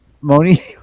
moni